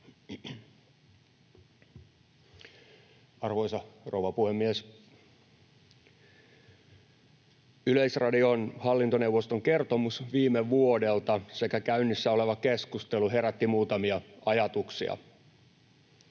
Arvoisa rouva puhemies! Yleisradion hallintoneuvoston kertomus viime vuodelta sekä käynnissä oleva keskustelu herättivät muutamia ajatuksia.